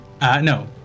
No